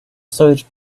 search